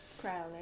Crowley